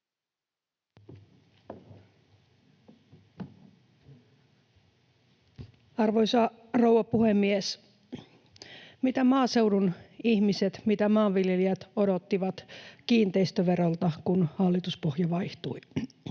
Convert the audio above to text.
Arvoisa rouva puhemies! Mitä maaseudun ihmiset ja maanviljelijät odottivat kiinteistöverolta, kun hallituspohja vaihtui?